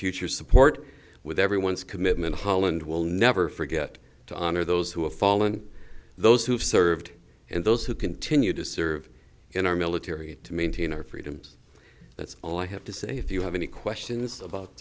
future support with everyone's commitment holland will never forget to honor those who have fallen those who have served and those who continue to serve in our military to maintain our freedoms that's all i have to say if you have any questions about